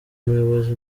muyobozi